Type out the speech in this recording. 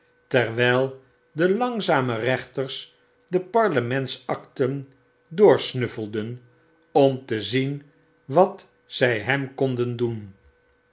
terwyl de langzame rechters de parlements akten doorsnuffelden om te zien wat zy hem konden doen